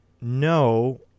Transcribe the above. no